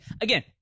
Again